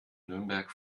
nürnberg